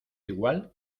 igual